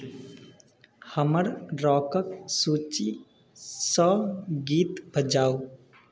हमर रॉकके सूचीसँ गीत बजाउ